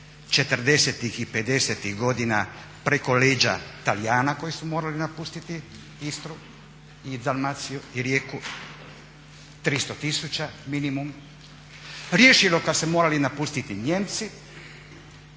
'50.-ih godina preko leđa Talijana koji su morali napustiti Istru i Dalmaciju i Rijeku, 300 000 minimum, riješilo kad su morali napustiti Nijemci.